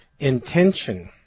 Intention